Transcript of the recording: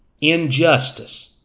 Injustice